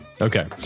okay